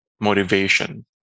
motivation